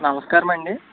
నమస్కారం అండి